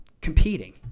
competing